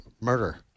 murder